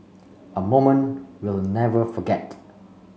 a moment we'll never forget